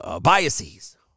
biases